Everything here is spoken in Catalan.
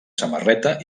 samarreta